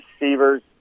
receivers